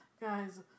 guys